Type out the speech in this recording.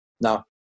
now